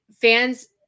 fans